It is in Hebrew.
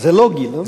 זה לוגי, לא?